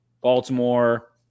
Baltimore